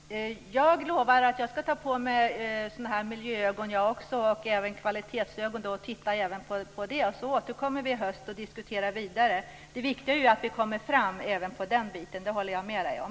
Herr talman! Jag lovar att också jag skall ta på mig miljöögon och kvalitetsögon och titta på det. Till hösten återkommer vi för vidare diskussioner. Det viktiga är ju att vi kommer fram även vad gäller den biten. Det håller jag med dig om.